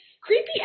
creepy